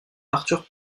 arthur